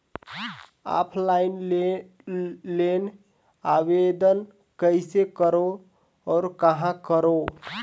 Offline loan आवेदन कइसे करो और कहाँ करो?